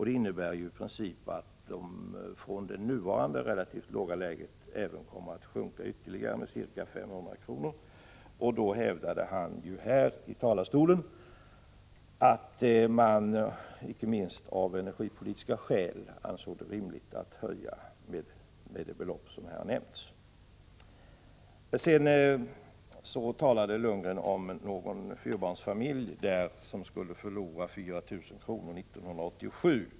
Den innebär i princip att de för närvarande relativt låga priserna kommer att sjunka ytterligare med ca 500 kr. Finansministern hävdade att man inte minst av energipolitiska skäl ansåg det rimligt att höja skatten med det belopp som här har nämnts. Så talade Bo Lundgren om någon fyrapersoners familj som skulle förlora 4000 kr. 1987.